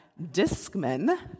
Discman